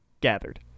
gathered